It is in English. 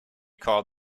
called